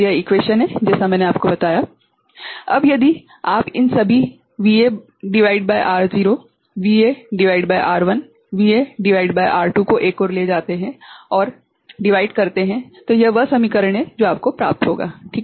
अब यदि आप इन सभी VA भागित R0 VA भागित R1 VA भागित R2 को एक ओर ले जाते हैं और विभाजित करते हैं तो यह वह समीकरण है जो आपको प्राप्त होगा ठीक है